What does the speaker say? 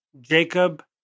Jacob